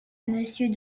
monsieur